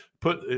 put